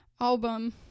album